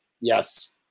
Yes